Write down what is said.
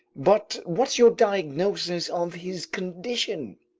but what's your diagnosis of his condition?